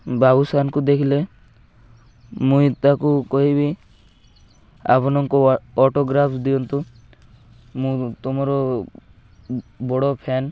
ବାବୁଶାନକୁ ଦେଖିଲେ ମୁଇଁ ତାକୁ କହିବି ଆପଣଙ୍କ ଅଟୋଗ୍ରାଫ ଦିଅନ୍ତୁ ମୁଁ ତୁମର ବଡ଼ ଫ୍ୟାନ୍